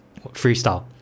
freestyle